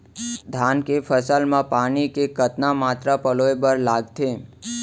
धान के फसल म पानी के कतना मात्रा पलोय बर लागथे?